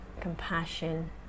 compassion